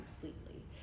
completely